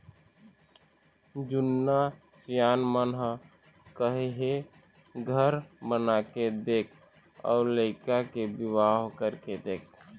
जुन्ना सियान मन ह कहे हे घर बनाके देख अउ लइका के बिहाव करके देख